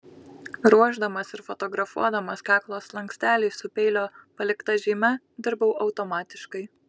ruošdamas ir fotografuodamas kaklo slankstelį su peilio palikta žyme dirbau automatiškai